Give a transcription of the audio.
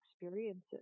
experiences